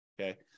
Okay